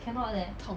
痛